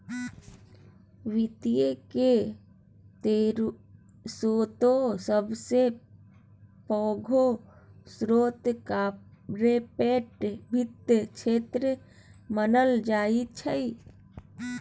वित्त केर स्रोतमे सबसे पैघ स्रोत कार्पोरेट वित्तक क्षेत्रकेँ मानल जाइत छै